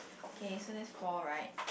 okay so that's four right